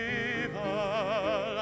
evil